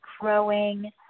growing